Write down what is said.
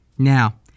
Now